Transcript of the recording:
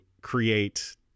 create